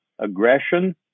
aggression